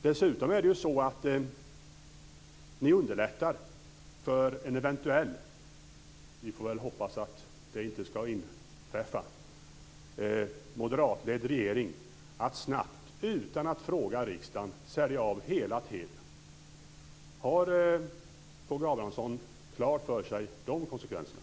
Dessutom underlättar ni för en eventuell - vi får väl hoppas att det inte ska inträffa - moderatledd regering att snabbt utan att fråga riksdagen sälja av hela Telia. Har K G Abramsson klart för sig de konsekvenserna?